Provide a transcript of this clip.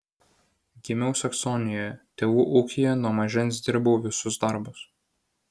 gimiau saksonijoje tėvų ūkyje nuo mažens dirbau visus darbus